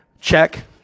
check